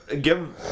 give